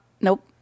Nope